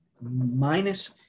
minus